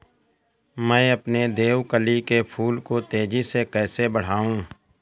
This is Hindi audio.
मैं अपने देवकली के फूल को तेजी से कैसे बढाऊं?